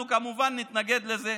אנחנו, כמובן, נתנגד לזה.